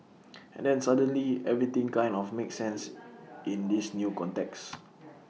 and then suddenly everything kind of makes sense in this new context